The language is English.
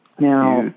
Now